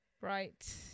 Right